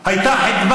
הוא ישב, הלך לעבוד.